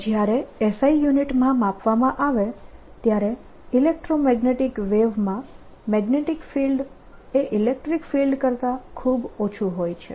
તો જ્યારે SI યુનિટમાં માપવામાં આવે ત્યારે ઇલેક્ટ્રોમેગ્નેટીક વેવમાં મેગ્નેટીક ફિલ્ડ એ ઇલેક્ટ્રીક ફિલ્ડ કરતાં ખૂબ ઓછું હોય છે